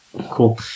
Cool